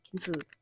food